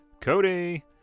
Cody